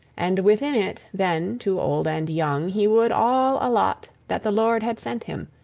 and within it, then, to old and young he would all allot that the lord had sent him,